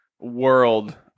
world